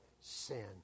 sin